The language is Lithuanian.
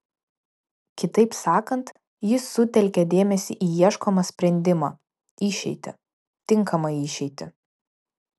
kitaip sakant jis sutelkia dėmesį į ieškomą sprendimą išeitį tinkamą išeitį